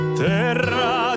terra